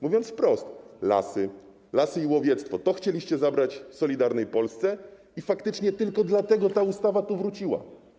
Mówiąc wprost, lasy, lasy i łowiectwo - to chcieliście zabrać Solidarnej Polsce i faktycznie tylko dlatego ta ustawa tu wróciła.